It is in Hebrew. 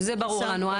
זה ברור לנו.